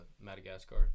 Madagascar